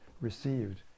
received